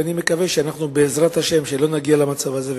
ואני מקווה שבעזרת השם לא נגיע למצב הזה,